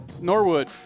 Norwood